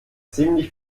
ziemlich